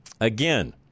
Again